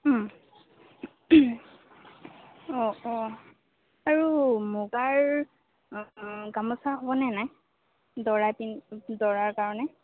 অঁ অঁ আৰু মুগাৰ গামোচা হ'ব নে নাই দৰাই পিন দৰাৰ কাৰণে